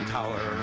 Tower